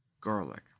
garlic